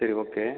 சரி ஓகே